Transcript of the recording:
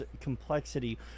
complexity